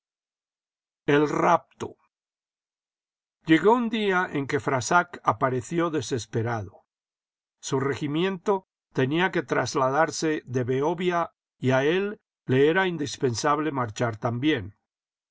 el rapto llegó un día en que frassac apareció desesperado su regimiento tenía que trasladarse de behovia y a él le era indispensable marchar también